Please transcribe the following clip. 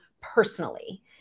personally